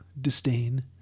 disdain